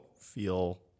feel